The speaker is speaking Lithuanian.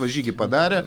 va žygį padarė